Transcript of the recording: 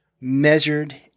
measured